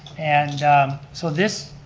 and so this,